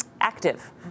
active